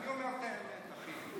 אני אומר את האמת, אחי.